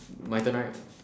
my turn right